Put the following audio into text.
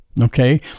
Okay